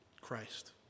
Christ